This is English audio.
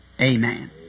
Amen